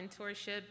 mentorship